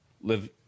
live